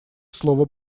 слово